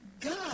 God